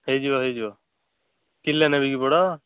ହେଇଯିବ ହେଇଯିବ କିଲେ ନେବିକି ପୋଡ଼